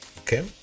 Okay